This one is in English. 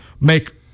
make –